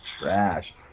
Trash